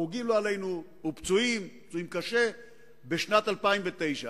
הרוגים לא עלינו ופצועים, פצועים קשה בשנת 2009?